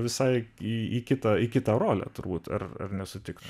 visai į kitą į kitą rolę turbūt ar nesutikti